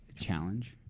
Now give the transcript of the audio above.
Challenge